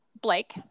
blake